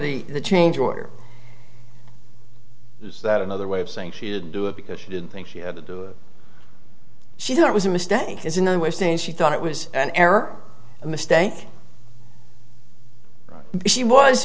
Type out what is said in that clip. given her the change order is that another way of saying she didn't do it because she didn't think she had to do it she thought it was a mistake is in no way saying she thought it was an error a mistake she was